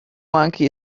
monkey